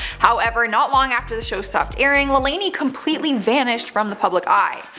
however, not long after the show stopped airing, lalaine completely vanished from the public eye.